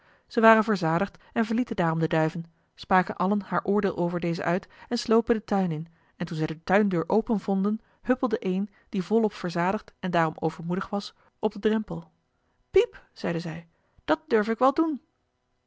zij waren verzadigd en verlieten daarom de duiven spraken allen haar oordeel over deze uit en slopen den tuin in en toen zij de tuindeur open vonden huppelde een die volop verzadigd en daarom overmoedig was op den drempel piep zeide zij dat durf ik wel doen